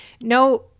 no